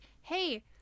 hey